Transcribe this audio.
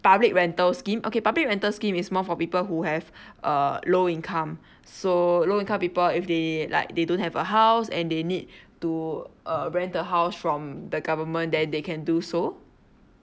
public rental scheme okay public rental scheme is more for people who have a low income so low income people if they like they don't have a house and they need to uh rent the house from the government then they can do so